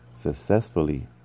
successfully